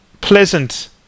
pleasant